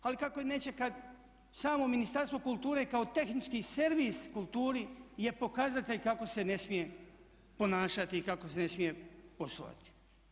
Ali kako i neće kad samo Ministarstvo kulture kao tehnički servis kulturi je pokazatelj kako se ne smije ponašati i kako se ne smije poslovati.